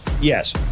Yes